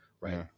right